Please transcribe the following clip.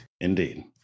Indeed